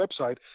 website